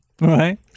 Right